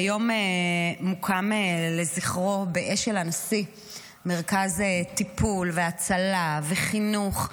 היום מוקם לזכרו באשל הנשיא מרכז טיפול והצלה וחינוך,